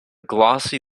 glossy